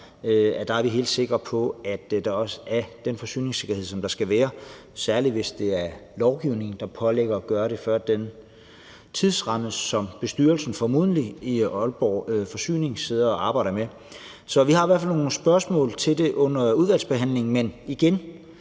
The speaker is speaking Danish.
det, er helt sikre på, at der også er den forsyningssikkerhed, som der skal være, særlig hvis det er lovgivningen, der pålægger dem at gøre det før den tidsramme, som bestyrelsen i Aalborg Forsyning formodentlig sidder og arbejder med. Så vi har i hvert fald nogle spørgsmål til det under udvalgsbehandlingen, men igen